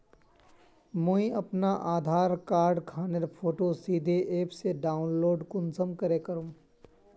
मुई अपना आधार कार्ड खानेर फोटो सीधे ऐप से डाउनलोड कुंसम करे करूम?